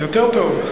יותר טוב.